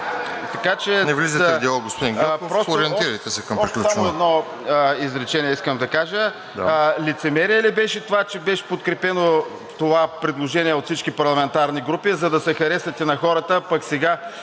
Не влизайте в диалог, господин Гьоков. Ориентирайте се към приключване.